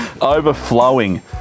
overflowing